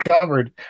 covered